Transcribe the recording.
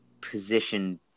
position